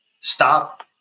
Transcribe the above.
Stop